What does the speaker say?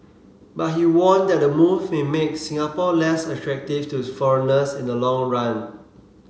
but he warned that the move may make Singapore less attractive to foreigners in the long run